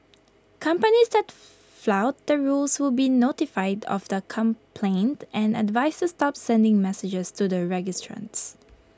companies that flout the rules will be notified of the complaint and advised to stop sending messages to the registrants